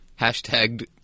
hashtagged